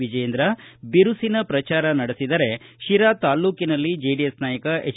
ವಿಜಯೇಂದ್ರ ಬಿರುಸಿನ ಪ್ರಚಾರ ನಡೆಸಿದರೆ ತಿರಾ ತಾಲೂಕಿನಲ್ಲಿ ಜೆಡಿಎಸ್ ನಾಯಕ ಎಚ್